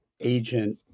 agent